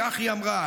כך היא אמרה.